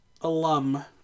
alum